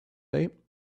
day